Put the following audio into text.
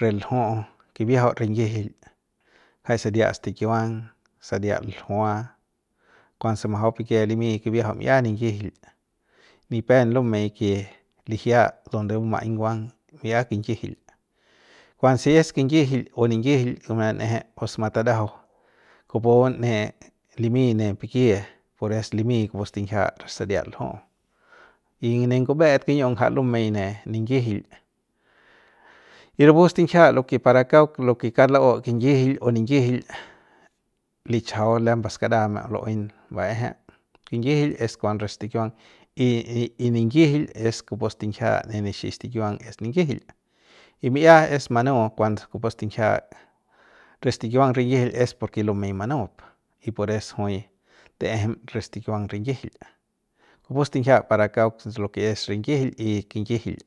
re l'ju'u kibiajau rinyijil jai saria stikiuang saria ljua kuanse majau pikie limy mi'a ninyijil ni pen lumey ke lijia donde buma'aiñ nguang mi'a kinyijil kuanse es kinyijil o ninyijil manan'eje pus matadajau kupu ne limy ne pikie pores limy kupu stinjia re saria lju'u y ne ngube'et ngja kiñiu'u lumey ne ninyijil y rapu stinjia lo ke para kauk lo ke kauk la'u kinyijil o ninyijil lichajau lembe skaraja lu'uey ba'ejep niyijil es kuanse re stikiuang y ninyijil es kupu stinjia ne nixi stikiuang es ninyijil y mi'ia es manu kuando kupu stinjia re stikiuang rinyijil es porke lumey manup y pores juy ta'ejem re stikiuang rinyijil kupu stinjia para kauk lo ke es rinyijil y kinyijil.